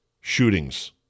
shootings